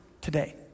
today